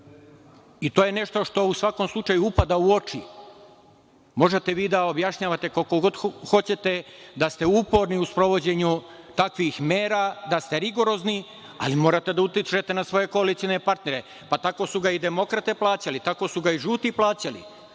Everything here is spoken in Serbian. i to je nešto što u svakom slučaju upada u oči. Možete vi da objašnjavate koliko god hoćete da ste uporni u sprovođenju takvih mera, da ste rigorozni, ali morate da utičete na svoje koalicione partnere. Pa, tako su ga i demokrate plaćali, tako su ga i žuti plaćali,